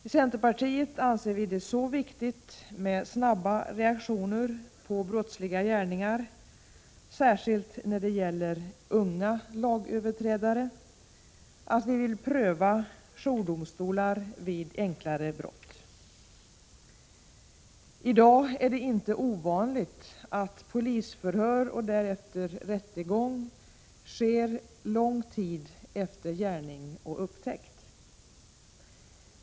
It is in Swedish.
I centerpartiet anser vi det så viktigt med snabba reaktioner på brottsliga gärningar, särskilt när det gäller unga lagöverträdare, att vi vill pröva jourdomstolar vid enklare brott. I dag är det inte ovanligt att polisförhör och därefter rättegång sker lång tid efter gärning och upptäckt.